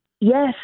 Yes